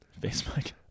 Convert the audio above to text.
Facebook